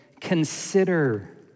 consider